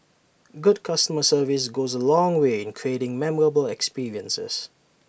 good customer service goes A long way in creating memorable experiences